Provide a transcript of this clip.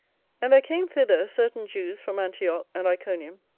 and there came thither certain jews from antioch and iconium,